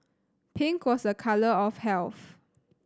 pink was a colour of health